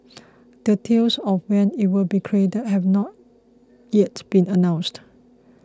details of when it will be created have not yet been announced